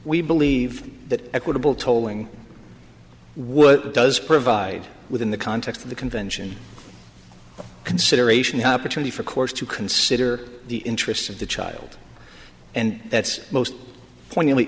we believe that equitable tolling would does provide within the context of the convention consideration opportunity for courts to consider the interests of the child and that's most poignantly